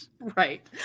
Right